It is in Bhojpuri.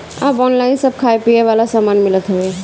अब ऑनलाइन सब खाए पिए वाला सामान मिलत हवे